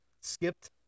skipped